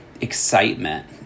excitement